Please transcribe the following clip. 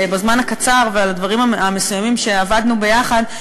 בזמן הקצר ועל הדברים המסוימים שעבדנו יחד,